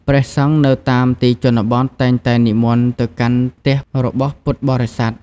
ព្រះសង្ឃនៅតាមទីជនបទតែងតែនិមន្តទៅកាន់ផ្ទះរបស់ពុទ្ធបរិស័ទ។